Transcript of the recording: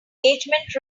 engagement